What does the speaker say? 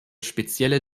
spezielle